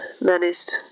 managed